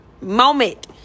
moment